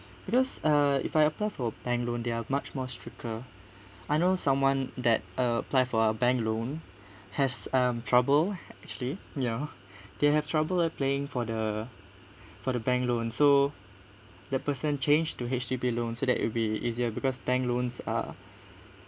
because uh if I apply for bank loan they are much more stricter I know someone that apply for a bank loan has um trouble actually ya they have trouble paying for the for the bank loan so the person changed to H_D_B loan so that it will be easier because bank loans are